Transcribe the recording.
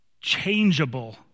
changeable